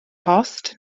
post